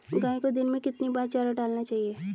गाय को दिन में कितनी बार चारा डालना चाहिए?